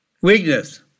Weakness